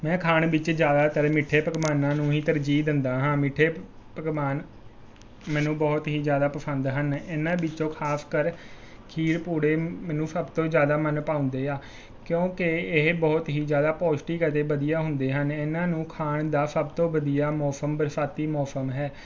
ਮੈਂ ਖਾਣ ਵਿੱਚ ਜ਼ਿਆਦਾਤਰ ਮਿੱਠੇ ਪਕਵਾਨਾਂ ਨੂੰ ਹੀ ਤਰਜੀਹ ਦਿੰਦਾ ਹਾਂ ਮਿੱਠੇ ਪ ਪਕਵਾਨ ਮੈਨੂੰ ਬਹੁਤ ਹੀ ਜ਼ਿਆਦਾ ਪਸੰਦ ਹਨ ਇਹਨਾਂ ਵਿੱਚੋ ਖਾਸਕਰ ਖੀਰ ਪੂੜੇ ਮੈਨੂੰ ਸਭ ਤੋਂ ਜ਼ਿਆਦਾ ਮਨ ਭਾਉਂਦੇ ਆ ਕਿਉੰਕਿ ਇਹ ਬਹੁਤ ਹੀ ਜ਼ਿਆਦਾ ਪੋਸ਼ਟਿਕ ਅਤੇ ਵਧੀਆ ਹੁੰਦੇ ਹਨ ਇਹਨਾਂ ਨੂੰ ਖਾਣ ਦਾ ਸਭ ਤੋਂ ਵਧੀਆ ਮੌਸਮ ਬਰਸਾਤੀ ਮੌਸਮ ਹੈ